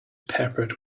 peppered